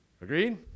Agreed